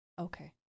Okay